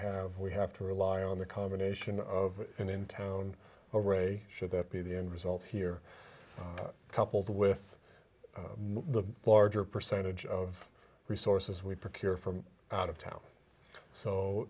have we have to rely on the combination of and in town over a should that be the end result here coupled with the larger percentage of resources we procure from out of town so